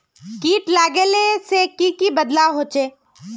किट लगाले से की की बदलाव होचए?